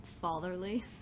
Fatherly